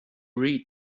read